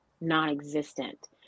non-existent